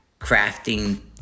crafting